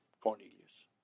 Cornelius